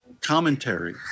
commentary